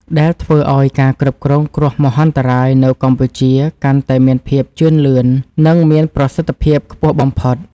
ដែលធ្វើឱ្យការគ្រប់គ្រងគ្រោះមហន្តរាយនៅកម្ពុជាកាន់តែមានភាពជឿនលឿន និងមានប្រសិទ្ធភាពខ្ពស់បំផុត។